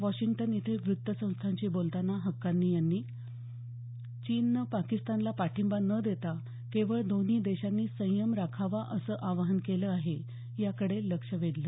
Washington इथे वृत्तसंस्थांशी बोलताना हक्कानी यांनी चीननं पाकिस्तानला पाठिंबा न देता केवळ दोन्ही देशांनी संयम राखावा असं आवाहन केलं आहे याकडे लक्ष वेधलं